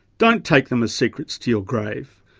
don't take them as secrets to your grave.